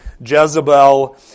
Jezebel